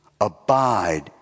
Abide